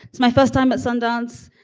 it's my first time at sundance.